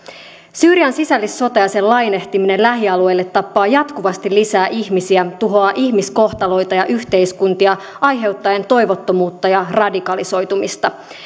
syyrian sisällissota ja sen lainehtiminen lähialueille tappaa jatkuvasti lisää ihmisiä ja tuhoaa ihmiskohtaloita ja yhteiskuntia aiheuttaen toivottomuutta ja radikalisoitumista